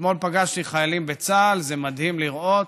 אתמול פגשתי חיילים בצה"ל, וזה מדהים לראות.